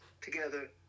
together